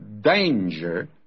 danger